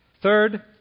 third